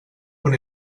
con